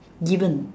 given